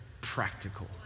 practical